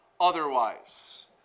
otherwise